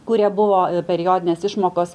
kurie buvo periodinės išmokos